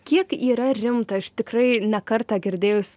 kiek yra rimta aš tikrai ne kartą girdėjus